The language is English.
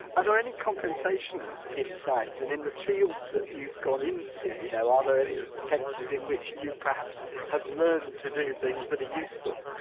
are there any compensations in science and in the fields that you've gone into, you know are there any ah senses in which you perhaps have learned to do things that are useful?